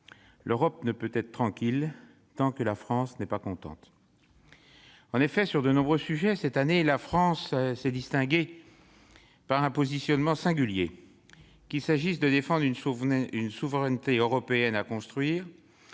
L'Europe ne peut être tranquille tant que la France n'est pas contente. » En effet, cette année, sur de nombreux sujets, la France s'est distinguée par un positionnement singulier, qu'il s'agisse de défendre une souveraineté européenne à construire,